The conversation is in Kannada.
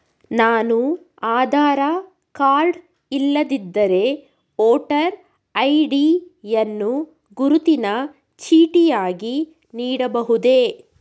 ನಾನು ಆಧಾರ ಕಾರ್ಡ್ ಇಲ್ಲದಿದ್ದರೆ ವೋಟರ್ ಐ.ಡಿ ಯನ್ನು ಗುರುತಿನ ಚೀಟಿಯಾಗಿ ನೀಡಬಹುದೇ?